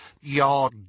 Your